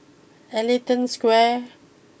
Ellington Square